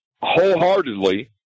wholeheartedly